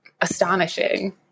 astonishing